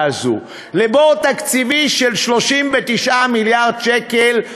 הזאת: לבור תקציבי של 39 מיליארד שקל,